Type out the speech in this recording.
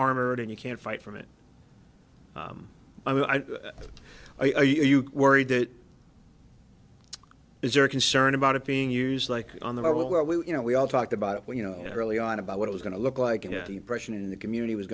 armored and you can't fight from it i mean are you worried that is there a concern about it being used like on the level where we you know we all talked about it when you know early on about what i was going to look like an impression in the community was